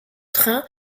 train